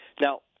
Now